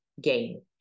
Gain